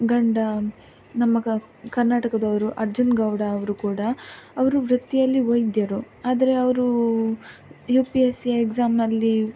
ಗಂಡ ನಮ್ಮ ಕರ್ನಾಟಕದವರು ಅರ್ಜುನ ಗೌಡ ಅವರು ಕೂಡ ಅವರು ವೃತ್ತಿಯಲ್ಲಿ ವೈದ್ಯರು ಆದರೆ ಅವರು ಯು ಪಿ ಎಸ್ ಸಿ ಎಕ್ಸಾಮಿನಲ್ಲಿ